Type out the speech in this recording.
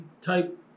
type